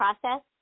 process